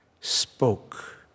Spoke